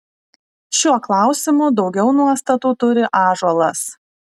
šiuo klausimu daugiau nuostatų turi ąžuolas